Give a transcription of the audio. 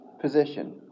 position